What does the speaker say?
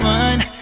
one